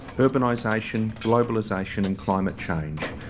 urbanisation, globalisation and climate change.